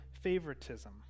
Favoritism